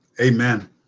Amen